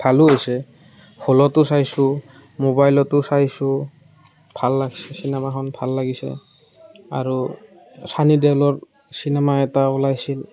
ভালো হৈছে হলটো চাইছোঁ মোবাইলটো চাইছোঁ ভাল লাগিছে চিনেমাখন ভাল লাগিছে আৰু চানি দেউলৰ চিনেমা এটা ওলাইছিল